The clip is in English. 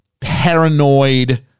paranoid